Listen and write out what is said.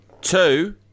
Two